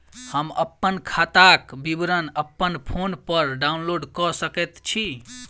हम अप्पन खाताक विवरण अप्पन फोन पर डाउनलोड कऽ सकैत छी?